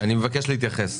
אני מבקש להתייחס.